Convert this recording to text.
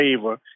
favor